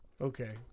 okay